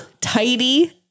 tidy